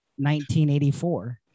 1984